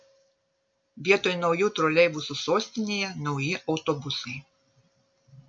vietoj naujų troleibusų sostinėje nauji autobusai